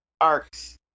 arcs